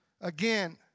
again